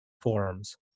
forms